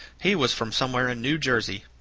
he was from somewhere in new jersey.